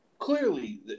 clearly